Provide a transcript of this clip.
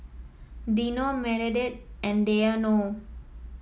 Dino Meredith and Deion